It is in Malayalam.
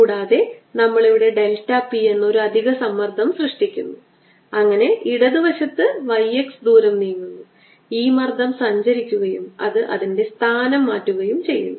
അതിനാൽ നമ്മൾ ആരം R കനം d r എന്നിവയുടെ ഷെൽ എടുക്കുന്നു ഇതിലൂടെയുള്ള ഫ്ലക്സ് എത്രയായിരിക്കും